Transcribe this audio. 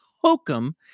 hokum